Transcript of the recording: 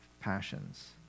passions